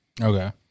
Okay